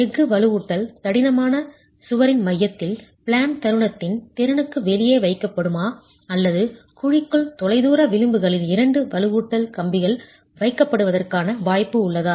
எஃகு வலுவூட்டல் தடிமனாக சுவரின் மையத்தில் ப்ளேன் தருணத்தின் திறனுக்கு வெளியே வைக்கப்படுமா அல்லது குழிக்குள் தொலைதூர விளிம்புகளில் இரண்டு வலுவூட்டல் கம்பிகள் வைக்கப்படுவதற்கான வாய்ப்பு உள்ளதா